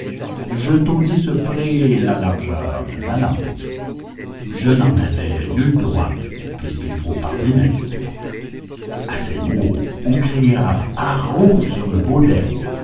je tondis de ce pré la largeur de ma langue je n'en avais nul droit puisqu'il faut parler net à ces mots on cria haro sur le baudet